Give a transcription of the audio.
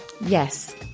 Yes